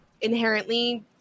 inherently